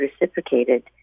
reciprocated